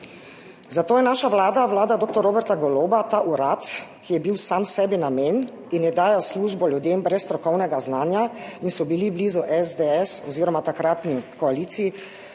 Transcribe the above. Zato je naša vlada, vlada dr. Roberta Goloba, ta urad v Mariboru, ki je bil sam sebi namen in je dal službo ljudem brez strokovnega znanja, ki so bili blizu SDS oziroma takratni koaliciji,